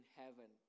heaven